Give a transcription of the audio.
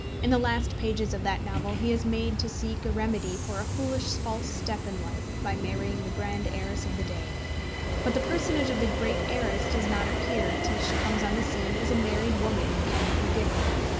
in the last pages of that novel he is made to seek a remedy for a foolish false step in life by marrying the grand heiress of the day but the personage of the great heiress does not appear till she comes on the scene as a married woman in can you forgive her?